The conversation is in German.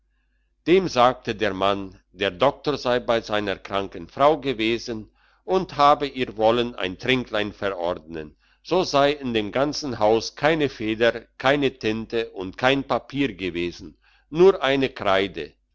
dem sagte der mann der doktor sei bei seiner kranken frau gewesen und habe ihr wollen ein tränklein verordnen so sei in dem ganzen haus keine feder keine tinte und kein papier gewesen nur eine kreide